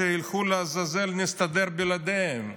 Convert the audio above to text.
שילכו לעזאזל, נסתדר בלעדיהם.